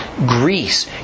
Greece